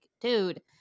dude